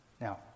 Now